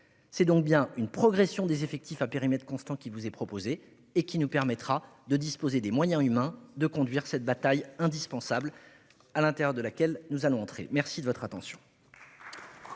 C'est donc bien une progression des effectifs à périmètre constant qui vous est proposée et qui nous permettra de disposer des moyens humains de conduire cette bataille indispensable de la transition écologique. Nous allons procéder à l'examen